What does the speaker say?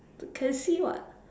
t~ can see [what]